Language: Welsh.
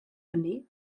hynny